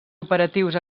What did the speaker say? operatius